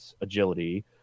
agility